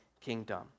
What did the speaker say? kingdom